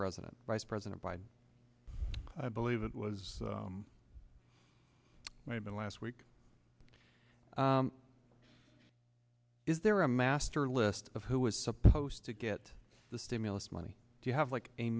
president vice president biden i believe it was made in last week is there a master list of who was supposed to get the stimulus money do you have like a